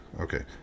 Okay